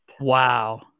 wow